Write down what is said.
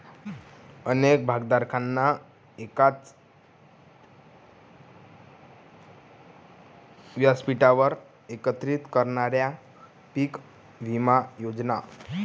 अनेक भागधारकांना एकाच व्यासपीठावर एकत्रित करणाऱ्या पीक विमा योजना